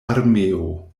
armeo